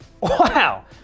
Wow